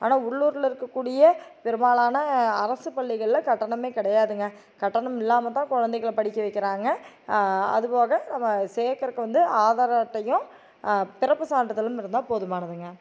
ஆனால் உள்ளுரில் இருக்கக்கூடிய பெரும்பாலான அரசு பள்ளிகளில் கட்டணமே கிடையாதுங்க கட்டணம் இல்லாமல் தான் கொழந்தைங்கள படிக்க வைக்கிறாங்க அதுபோக நம்ம சேர்க்கறக்கு வந்து ஆதார் அட்டையும் பிறப்புச் சான்றிதழும் இருந்தால் போதுமானதுங்க